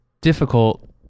difficult